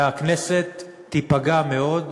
והכנסת תיפגע מאוד,